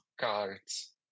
cards